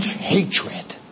hatred